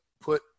put